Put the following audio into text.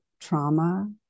trauma